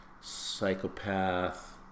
psychopath